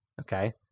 Okay